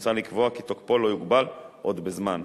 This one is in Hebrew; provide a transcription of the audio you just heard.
מוצע לקבוע כי תוקפו לא יוגבל עוד בזמן.